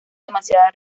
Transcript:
demasiada